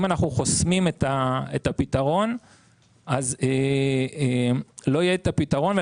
אם אנחנו חוסמים את הפתרון אז לא יהיה את הפתרון.